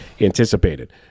anticipated